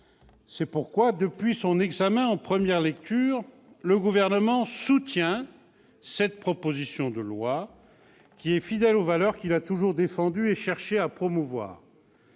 C'est pourquoi, depuis son examen en première lecture, le Gouvernement soutient cette proposition de loi fidèle aux valeurs qu'il a toujours défendues et cherché à promouvoir.